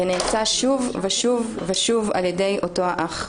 ונאנסה שוב ושוב ושוב על ידי אותו אח.